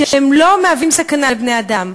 שהם לא מהווים סכנה לבני-אדם.